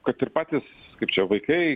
kad ir patys kaip čia vaikai